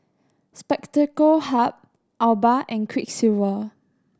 Spectacle Hut Alba and Quiksilver